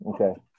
Okay